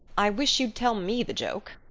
i wish you'd tell me the joke,